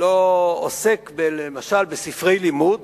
לא עוסק למשל בספרי לימוד,